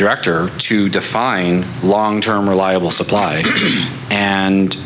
director to define long term reliable supply and